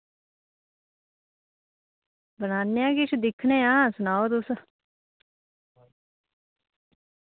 बनानेआं किश दिक्खने आं सनाओ तुस